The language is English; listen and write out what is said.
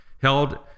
held